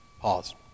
pause